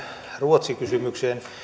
ruotsikysymykseen